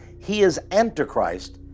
he is antichrist,